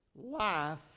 Life